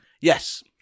yes